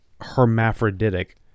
hermaphroditic